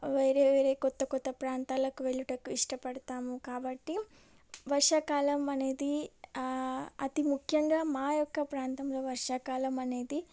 వేరే వేరే కొత్త కొత్త ప్రాంతాలకు వెళ్ళుటకు ఇష్టపడుతాము కాబట్టి వర్షాకాలం అనేది అతిముఖ్యంగా మా యొక్క ప్రాంతంలో వర్షాకాలం అనేది